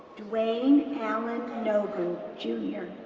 duane alyn naugle, jr,